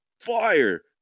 fire